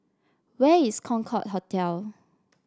where is Concorde Hotel